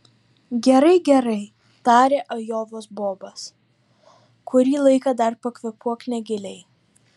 gerai gerai tarė ajovos bobas kurį laiką dar pakvėpuok negiliai